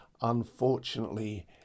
Unfortunately